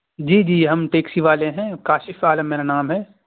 جی جی ہم ٹیکسی والے ہیں کاشف عالم میرا نام ہے